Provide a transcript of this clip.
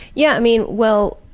yeah, i mean, well,